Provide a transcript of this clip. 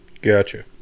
Gotcha